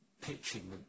pitching